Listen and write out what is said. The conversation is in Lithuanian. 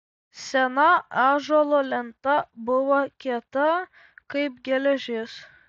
sena ąžuolo lenta buvo kieta kaip geležis